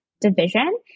division